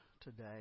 today